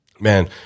Man